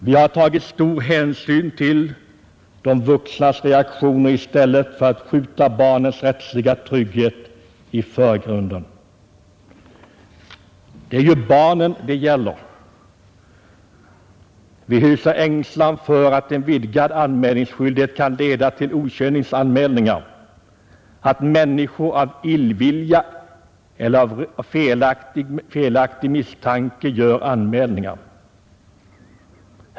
Vi har tagit stor hänsyn till de vuxnas reaktioner i stället för att skjuta barnens rättsliga trygghet i förgrunden. Det är ju barnen det gäller. Vi hyser ängslan för att en vidgad anmälningsskyldighet kan leda till okynnesanmälningar, att människor av illvilja eller av felaktig misstanke gör anmälningar.